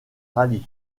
rallyes